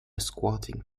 squatting